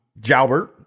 Jalbert